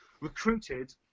recruited